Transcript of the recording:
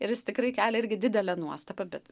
ir jis tikrai kelia irgi didelę nuostabą bet